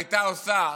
הייתה עושה